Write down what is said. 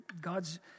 God's